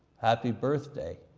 happy birthday.